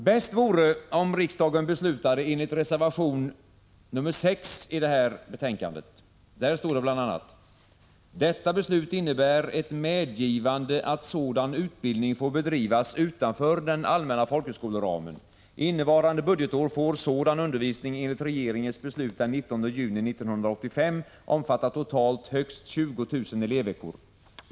Bäst vore det om riksdagen beslutade enligt förslaget i vår motion, som lagts till grund för reservation 6 i det här betänkandet. Där står det bl.a.: ”Detta beslut innebär ett medgivande att sådan utbildning får bedrivas utanför den allmänna folkhögskoleramen. Innevarande budgetår får sådan undervisning enligt regeringens beslut den 19 juni 1985 omfatta totalt högst 20 000 elevveckor.